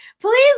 Please